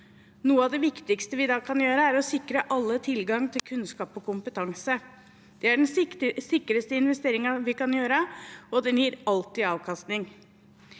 Noe av det viktigste vi da kan gjøre, er å sikre alle tilgang til kunnskap og kompetanse. Det er den sikreste investeringen vi kan gjøre, og den gir alltid avkastning.